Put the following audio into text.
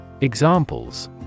Examples